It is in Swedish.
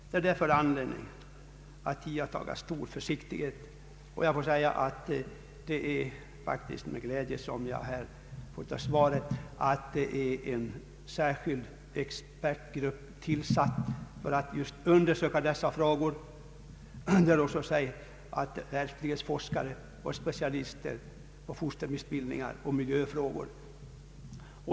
Man har därför anledning att iaktta stor försiktighet, och det är faktiskt med glädje jag läser i svaret, att en särskild expertgrupp tillsatts just för att undersöka dessa frågor. Av svaret framgår också att i gruppen ingår bl.a. ärftlighetsforskare samt specialister på fostermissbildningar och miljöfrågor.